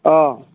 অঁ